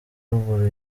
ruguru